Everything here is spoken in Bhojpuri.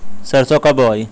सरसो कब बोआई?